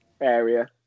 area